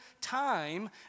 time